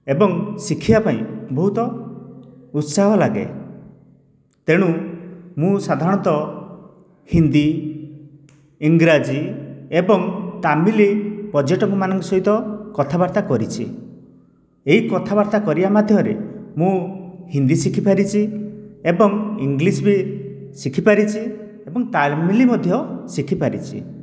ଏବଂ ଶିଖିବା ପାଇଁ ବହୁତ ଉତ୍ସାହ ଲାଗେ ତେଣୁ ମୁଁ ସାଧାରଣତଃ ହିନ୍ଦୀ ଇଂରାଜୀ ଏବଂ ତାମିଲ ପର୍ଯ୍ୟଟକମାନଙ୍କ ସହିତ କଥାବାର୍ତ୍ତା କରିଛି ଏହି କଥାବାର୍ତ୍ତା କରିବା ମାଧ୍ୟମରେ ମୁଁ ହିନ୍ଦୀ ଶିଖି ପାରିଛି ଏବଂ ଇଂଲିଶ ବି ଶିଖି ପାରିଛି ଏବଂ ତାମିଲ ମଧ୍ୟ ଶିଖି ପାରିଛି